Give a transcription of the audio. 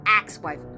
ex-wife